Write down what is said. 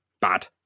bad